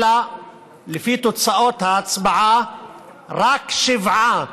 אלא לפי תוצאות ההצבעה רק שבעה